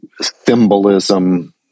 symbolism